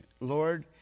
Lord